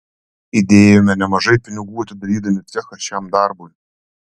įdėjome nemažai pinigų atidarydami cechą šiam darbui